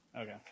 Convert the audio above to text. Okay